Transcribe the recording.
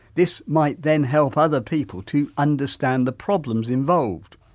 this might then help other people to understand the problems involved?